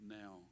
now